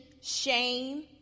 shame